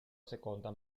seconda